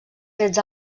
trets